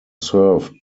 served